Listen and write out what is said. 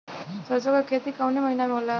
सरसों का खेती कवने महीना में होला?